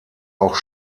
auch